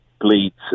bleeds